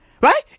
Right